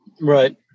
Right